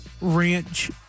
ranch